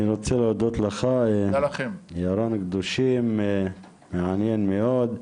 אני רוצה להודות לך, ירון קדושים, מעניין מאוד.